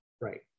Right